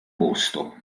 posto